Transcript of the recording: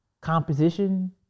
composition